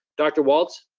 dr. walts?